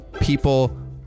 people